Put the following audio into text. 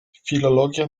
filologia